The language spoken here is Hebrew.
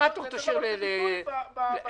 את